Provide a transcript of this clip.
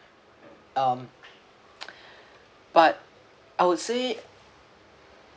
um but I would say